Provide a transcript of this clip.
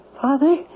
father